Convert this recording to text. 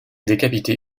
décapité